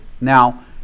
Now